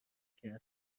کرد